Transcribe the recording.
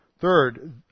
Third